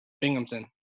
Binghamton